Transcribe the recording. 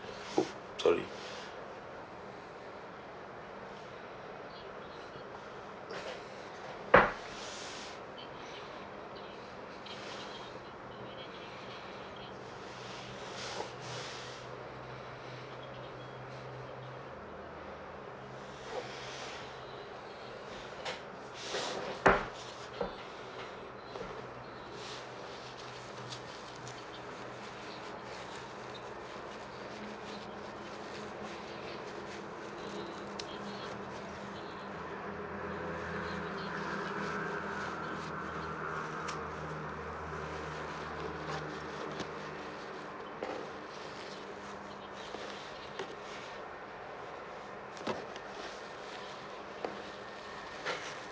sorry